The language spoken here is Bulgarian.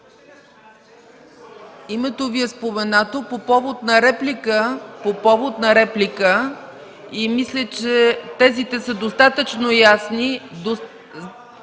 Името Ви е споменато по повод на реплика и мисля, че тезите са достатъчно ясни.